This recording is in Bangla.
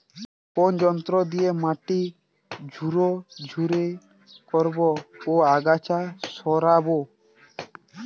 কোন যন্ত্র দিয়ে মাটি ঝুরঝুরে করব ও আগাছা সরাবো?